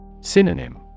Synonym